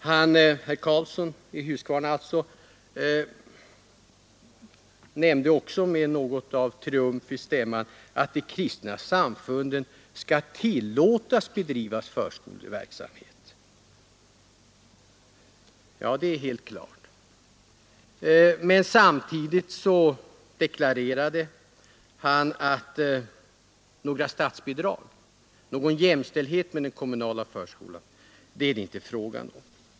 Herr Karlsson i Huskvarna sade också med något av triumf i stämman att de kristna samfunden skall tillåtas bedriva förskoleverksamhet. Ja, det är helt klart. Men samtidigt deklarerade herr Karlsson att några statsbidrag, någon jämställdhet med den kommunala förskolan, är det inte fråga om.